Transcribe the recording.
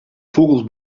fûgels